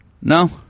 No